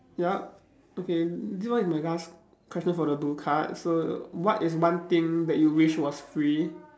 yup okay this one is my last question for the blue card so what is one thing that you wish was free